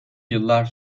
yıllar